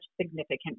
significant